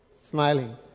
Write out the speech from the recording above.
smiling